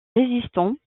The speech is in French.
résistants